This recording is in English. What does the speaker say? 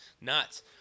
nuts